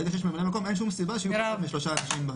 ברגע שיש ממלא מקום אין שום סיבה שלא יהיו פחות משלושה אנשים.